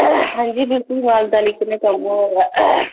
हां जी बिलकुल रमानदारी कन्नै कम्म होआ दा ऐ